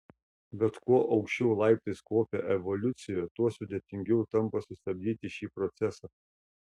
bet kuo aukščiau laiptais kopia evoliucija tuo sudėtingiau tampa sustabdyti šį procesą